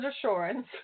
assurance